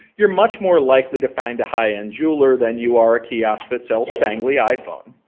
you're much more likely to find a high-end jeweler than you are a kiosk that sells spangly iphone